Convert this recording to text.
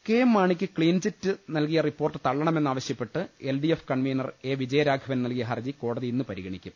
K M മാണിക്ക് clean chit നൽകിയ report തളളണമെന്നാവശ്യപ്പെട്ട് L D F convenor A Vijayaraghavan നൽകിയ ഹർജി ക്യോടതി ഇന്ന് പരിഗണിക്കും